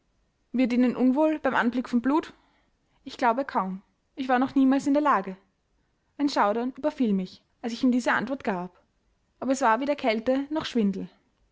wird ihnen unwohl beim anblick von blut ich glaube kaum ich war noch niemals in der lage ein schaudern überlief mich als ich ihm diese antwort gab aber es war weder kälte noch schwindel